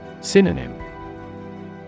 Synonym